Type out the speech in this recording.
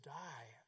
die